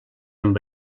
amb